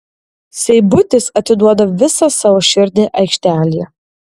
seibutis atiduoda visą savo širdį aikštelėje